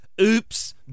Oops